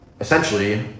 Essentially